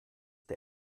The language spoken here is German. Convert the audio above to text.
der